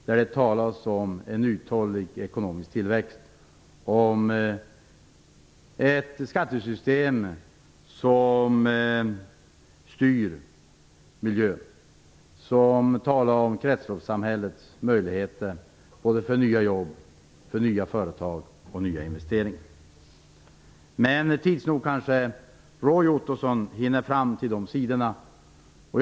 Där talas det om en uthållig ekonomisk tillväxt och om ett skattesystem som styr miljön, det talas om kretsloppssamhällets möjligheter för nya jobb, för nya företag och för nya investeringar. Men tids nog kanske Roy Ottosson hinner fram till de sidorna.